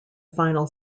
final